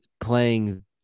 playing